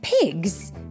pigs